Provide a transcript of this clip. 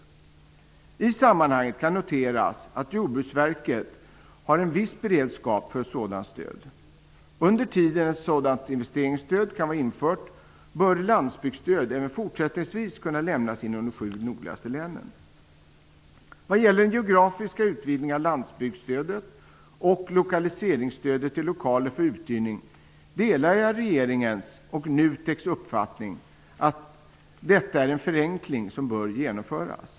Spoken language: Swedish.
I sammanhanget kan noteras att Jordbruksverket har en viss beredskap för ett sådant stöd. Under tiden fram till dess ett sådant investeringsstöd kan vara infört bör landsbygdsstöd även fortsättningsvis kunna lämnas inom de sju nordligaste länen. Vad gäller den geografiska utvidgningen av landsbygdsstödet och lokaliseringsstödet till lokaler för uthyrning delar jag regeringens och NUTEK:s uppfattning att detta är en förenkling som bör genomföras.